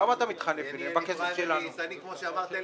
מה הסכום כולל הסכום השנתי ב- 2018